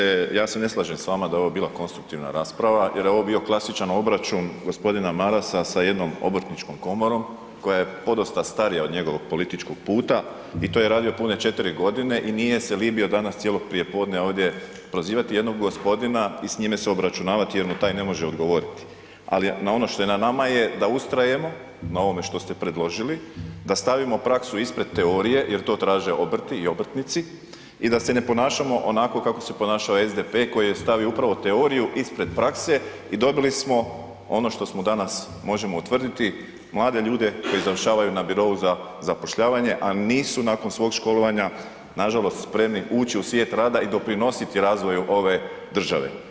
Uvažena državna tajnice, ja se ne slažem s vama da je ovo bila konstruktivna rasprava jer je ovo bio klasičan obračun g. Marasa sa jednom Obrtničkom komorom koja je podosta starija od njegovog političkog puta i to je radio pune 4 g. i nije se libio danas cijelo prijepodne ovdje prozivati jednog gospodina i s njime se obračunavati jer mu taj ne može odgovoriti ali ono što je na nama je da ustrajemo na ovome što ste predložili, da stavimo praksu ispred teorije jer to traže obrti i obrtnici i da se ne ponašamo onako kako se ponašao SDP koji je stavio upravo teoriju ispred prakse i dobili smo ono što smo danas možemo utvrditi, mlade ljude koji završavaju na birou za zapošljavanje a nisu nakon svog školovanja nažalost spremni ući u svijet rada i doprinositi razvoju ove države.